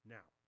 Now